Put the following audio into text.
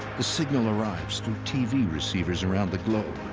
the signal arrives through tv receivers around the globe.